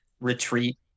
retreat